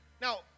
Now